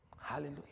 Hallelujah